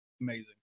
amazing